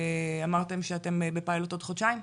אמרתם שאתם בפיילוט עוד חודשיים?